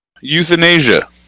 Euthanasia